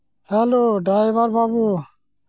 hello driver ᱵᱟᱹᱵᱩ